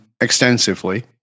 extensively